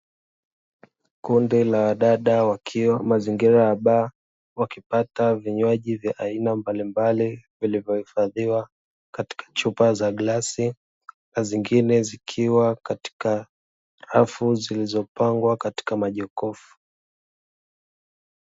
Kundi la wadada wakiwa mazingira ya baa, wakipata vinywaji vya aina mbalimbali vilivyohifadhiwa katika chupa za glasi na zingine zikiwa katika rafu zilizopangwa katika majokofu.